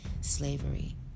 slavery